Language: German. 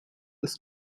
des